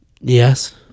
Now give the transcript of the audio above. Yes